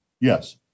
Yes